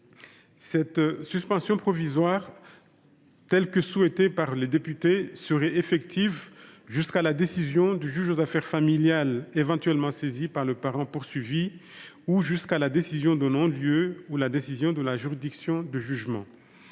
Cette suspension provisoire, telle que l’ont souhaitée les députés, serait effective jusqu’à la décision du juge aux affaires familiales, éventuellement saisi par le parent poursuivi, ou jusqu’à la décision de non lieu ou jusqu’à la décision de la juridiction de jugement.